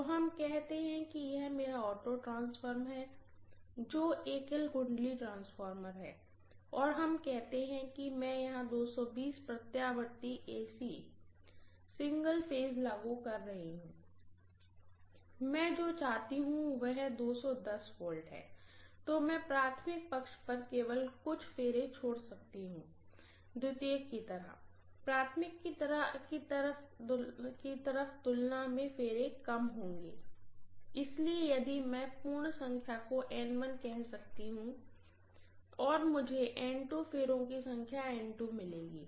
तो हम कहते हैं कि यह मेरा ऑटो ट्रांसफार्मर है जो एक सिंगल वाइंडिंग ट्रांसफार्मर है और हम कहते हैं कि मैं यहां 220 V प्रत्यावर्ती सिंगल फेज लागू कर रही हूँ मैं जो चाहती हूँ वह शायद 210 V है तो मैं प्राइमरीसाइड पर केवल कुछ टर्नछोड़ सकता हूं सेकेंडरी कि तरह प्राइमरी कि तरह कि तुलना में टर्नकाम होंगे इसलिए यदि मैं इस पूर्ण संख्या को N1 कह सकता हूं और मुझे N2 फेरो कि संख्या N2 मिलेगी